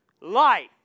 Light